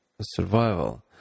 survival